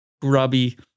grubby